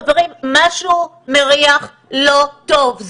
חברים, משהו מריח לא טוב.